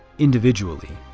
individually,